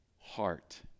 heart